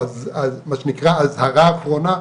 או מה שנקרא אזהרה אחרונה,